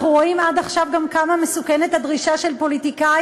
אנחנו רואים עד עכשיו גם כמה מסוכנת הדרישה של פוליטיקאים,